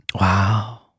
Wow